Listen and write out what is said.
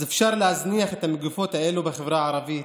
אז אפשר להזניח את המגפות האלו בחברה הערבית,